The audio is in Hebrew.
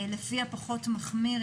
לפי הפחות מחמיר,